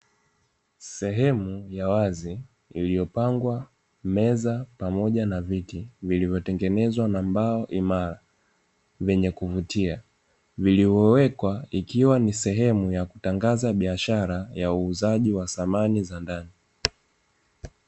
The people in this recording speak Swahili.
Sehemu ya wazi iliyopangwa meza pamoja na viti vilivyotengenezwa na mbao imara, vyenye kuvutia vilivyowekwa, ikiwa ni sehemu ya kutangaza biashara ya uuzaji wa samani za ndani.